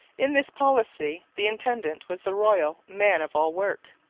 in this policy the intendant was the royal man-of-all-work.